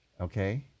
Okay